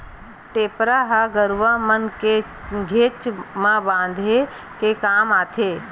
टेपरा ह गरुवा मन के घेंच म बांधे के काम आथे